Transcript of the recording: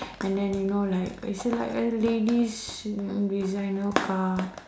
and then you know like is like a ladies designer car